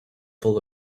full